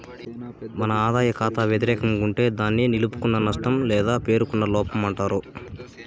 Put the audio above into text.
మన ఆదాయ కాతా వెతిరేకం గుంటే దాన్ని నిలుపుకున్న నష్టం లేదా పేరుకున్న లోపమంటారు